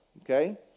okay